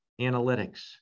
analytics